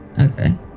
Okay